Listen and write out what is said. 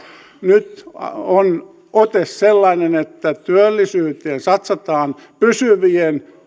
nyt on ote sellainen että työllisyyteen satsataan pysyvien